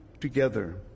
together